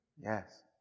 Yes